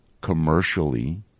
commercially